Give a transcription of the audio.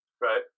right